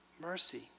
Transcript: mercy